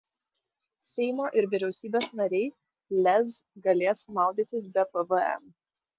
seimo ir vyriausybės nariai lez galės maudytis be pvm